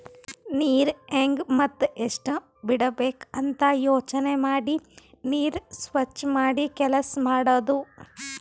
ನೀರ್ ಹೆಂಗ್ ಮತ್ತ್ ಎಷ್ಟ್ ಬಿಡಬೇಕ್ ಅಂತ ಯೋಚನೆ ಮಾಡಿ ನೀರ್ ಸ್ವಚ್ ಮಾಡಿ ಕೆಲಸ್ ಮಾಡದು